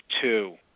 two